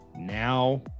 Now